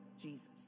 Jesus